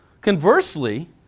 Conversely